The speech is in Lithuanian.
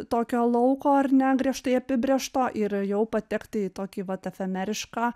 tokio lauko ar ne griežtai apibrėžto ir jau patekti į tokį vat efemerišką